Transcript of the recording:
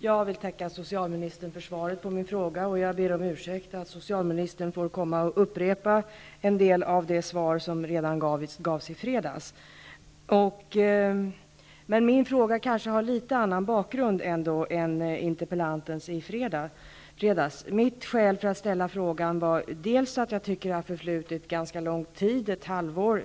Jag vill tacka socialministern för svaret på min fråga, och jag ber om ursäkt för att socialministern får komma hit för att upprepa en del av det svar som redan gavs i fredags. Men min fråga kanske ändå har en litet annan bakgrund än interpellationen i fredags. Att jag ställde min fråga beror bl.a. på att jag tycker att det sedan betänkandet gick ut på remiss har förflutit ganska lång tid, ett halvår.